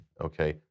okay